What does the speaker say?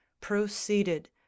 proceeded